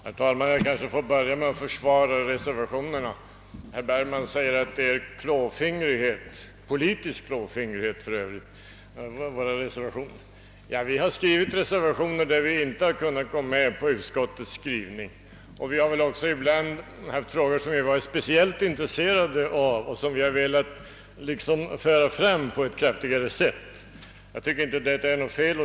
Herr talman! Jag kanske får börja med att försvara våra reservationer. Herr Bergman påstår att de är ett uttryck för politisk klåfingrighet. Vi har skrivit reservationer på de punkter där vi inte har kunnat gå med på utskottets skrivning. Ibland har vi också på ett kraftigare sätt velat föra fram frågor som vi varit speciellt intresserade av. Jag tycker inte att detta är något fel.